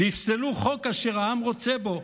ויפסלו חוק אשר העם רוצה בו.